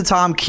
Tom